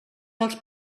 als